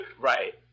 right